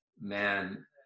man